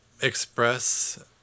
express